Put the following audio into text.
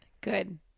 Good